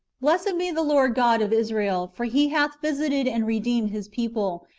blessed be the lord god of israel for he hath visited and redeemed his people,